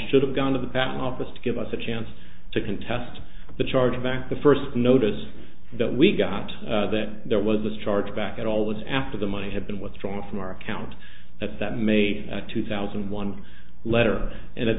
should have gone to the patent office to give us a chance to contest the charge of x the first notice that we got that there was a charge back at all was after the money had been withdrawn from our account at that maybe two thousand one letter and at